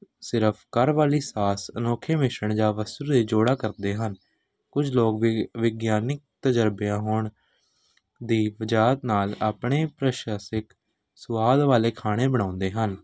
ਸਿਰਫ ਘਰ ਵਾਲੀ ਸਾਸ ਅਨੌਖੇ ਮਿਸਰਣ ਜਾਂ ਜੋੜਾ ਕਰਦੇ ਹਨ ਕੁਝ ਲੋਕ ਵਿਗ ਵਿਗਿਆਨਕ ਤਜ਼ਰਬਿਆਂ ਹੋਣ ਦੀ ਬਜਾਤ ਨਾਲ ਆਪਣੇ ਪ੍ਰਸ਼ਾਸਿਕ ਸਵਾਦ ਵਾਲੇ ਖਾਣੇ ਬਣਾਉਂਦੇ ਹਨ